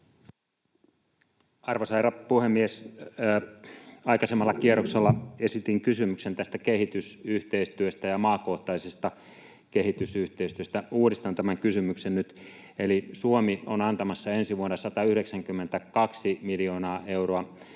Arvoisa herra puhemies! Aikaisemmalla kierroksella esitin kysymyksen tästä kehitysyhteistyöstä ja maakohtaisesta kehitysyhteistyöstä. Uudistan tämän kysymyksen nyt. Suomi on antamassa ensi vuonna 192 miljoonaa euroa